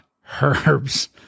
Herb's